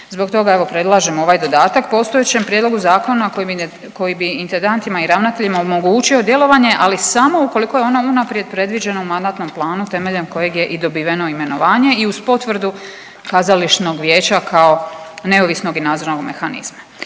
zbog toga, evo, predlažemo ovaj dodatak postojećem prijedlogu zakona koji bi intendantima i ravnateljima omogućio djelovanje, ali samo ukoliko je ono unaprijed predviđeno u mandatnom planu temeljem kojeg je i dobiveno imenovanje i uz potvrdu kazališnog vijeća kao neovisnog i nadzornog mehanizma.